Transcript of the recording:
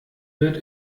wird